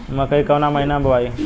मकई कवना महीना मे बोआइ?